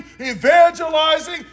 evangelizing